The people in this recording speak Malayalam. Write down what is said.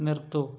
നിർത്തൂ